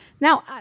Now